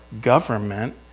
government